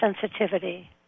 sensitivity